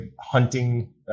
hunting